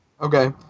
Okay